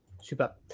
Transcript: Super